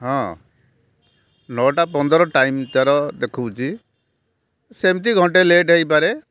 ହଁ ନଅଟା ପନ୍ଦର ଟାଇମ୍ ତା'ର ଦେଖାଉଛି ସେମତି ଘଣ୍ଟେ ଲେଟ୍ ହୋଇପାରେ